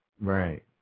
Right